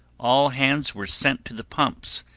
all hands were sent to the pumps,